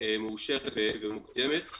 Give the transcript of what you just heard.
מאושרת ומוקדמת.